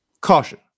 Caution